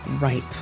ripe